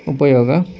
ಉಪಯೋಗ